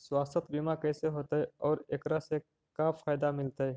सवासथ बिमा कैसे होतै, और एकरा से का फायदा मिलतै?